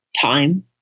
time